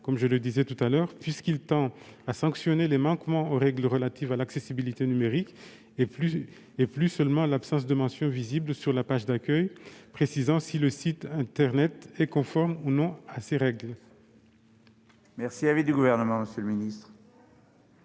ce même article 7, puisqu'il sanctionne les manquements aux règles relatives à l'accessibilité numérique et non plus seulement l'absence de mention visible sur la page d'accueil précisant si le site internet est conforme ou non à ces règles. Quel